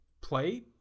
play